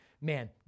Man